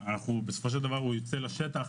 בסופו של דבר הוא יוצא לטח,